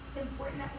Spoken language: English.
important